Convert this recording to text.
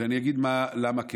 אגיד למה כן.